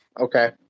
Okay